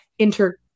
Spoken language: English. Inter